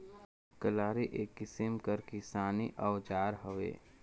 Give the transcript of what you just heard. कलारी एक किसिम कर किसानी अउजार हवे